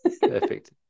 Perfect